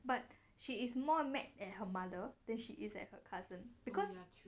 but she is more mad at her mother then she is at her cousin because